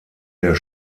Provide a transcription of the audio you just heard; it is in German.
der